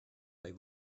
they